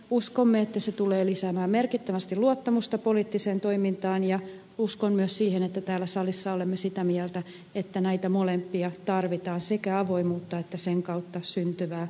uskomme että ne tulevat lisäämään merkittävästi luottamusta poliittiseen toimintaan ja uskon myös siihen että täällä salissa olemme sitä mieltä että näitä molempia tarvitaan sekä avoimuutta että sen kautta syntyvää luottamusta